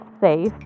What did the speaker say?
safe